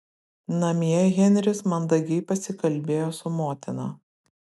namie henris mandagiai pasikalbėjo su motina